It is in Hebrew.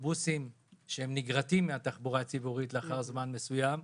אוטובוסים שהם נגרטים מהתחבורה הציבורית לאחר זמן מסוים,